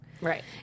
Right